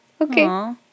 Okay